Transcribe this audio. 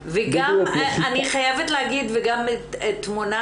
אני חייבת להגיד וגם תמונה